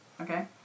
okay